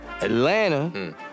Atlanta